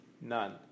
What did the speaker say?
None